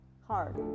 hard